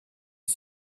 est